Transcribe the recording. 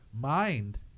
mind